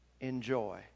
enjoy